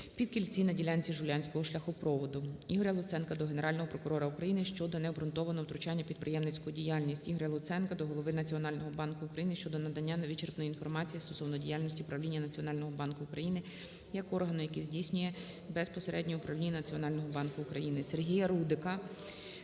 півкільці на ділянці Жулянського шляхопроводу. Ігоря Луценка до Генерального прокурора України щодо необґрунтованого втручання в підприємницьку діяльність. Ігоря Луценка до Голови Національного банку України щодо надання вичерпної інформації стосовно діяльності правління Національного банку України як органу, який здійснює безпосереднє управління Національного банку України. Сергія Рудика